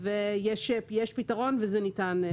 יש פתרון וזה ניתן.